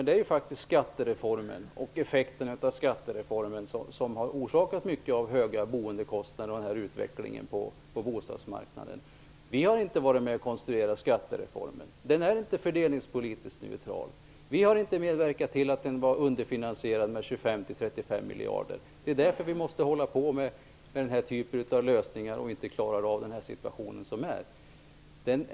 Det är faktiskt skattereformen och effekten av den som har orsakat mycket av de höga boendekostnaderna och den här utvecklingen på bostadsmarknaden. Vi har inte varit med och konstruerat skattereformen. Den är inte fördelningspolitiskt neutral. Vi har inte medverkat till att den var underfinansierad med 25-35 miljarder. Det är därför vi måste hålla på med den här typen av lösningar om vi inte klarar av den nuvarande situationen.